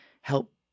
help